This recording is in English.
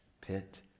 pit